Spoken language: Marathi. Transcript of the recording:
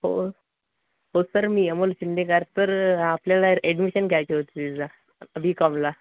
ओ ओ सर मी अमोल शिंदेकार सर आपल्याला एडमिशन घ्यायचे होते तिला बी कॉमला